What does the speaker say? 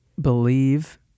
believe